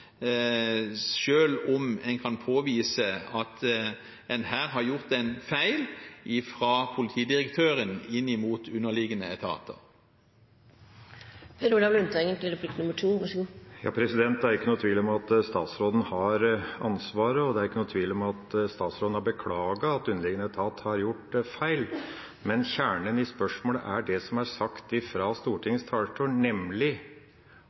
om en kan påvise at en her har gjort en feil fra politidirektøren inn mot underliggende etater. Det er ikke noen tvil om at statsråden har ansvaret, og det er ikke noen tvil om at statsråden har beklaget at underliggende etat har gjort feil. Men kjernen i spørsmålet er det som er sagt fra Stortingets talerstol, nemlig